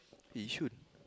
Yishun